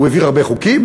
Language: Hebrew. הוא העביר הרבה חוקים?